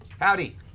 howdy